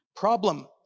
problem